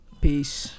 Peace